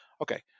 Okay